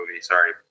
Sorry